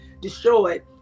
destroyed